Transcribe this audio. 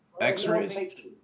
x-rays